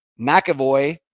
mcavoy